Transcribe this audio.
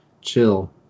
chill